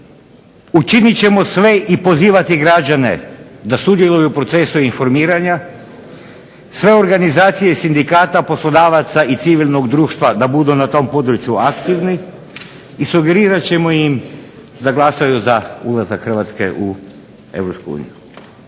učiniti ćemo sve i pozivati građane da sudjeluju u procesu formiranja, sve organizacije sindikata poslodavaca i civilnog društva da budu na tom području aktivni i sugerirat ćemo im da glasuju za ulazak Hrvatske u